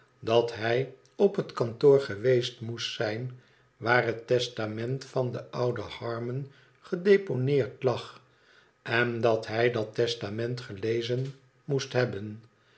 dat hij op het kantoor geweest moest zijn waar het testament van den ouden harmon gedeponeerd lag en dat hij dat testament gelezen moest hebben